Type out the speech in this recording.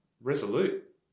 resolute